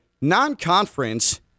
non-conference